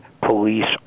police